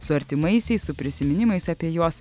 su artimaisiais su prisiminimais apie juos